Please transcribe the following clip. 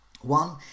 One